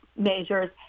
measures